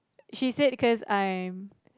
she said cause I'm